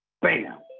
bam